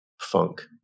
funk